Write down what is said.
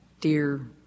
dear